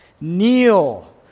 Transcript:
kneel